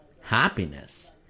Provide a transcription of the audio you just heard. Happiness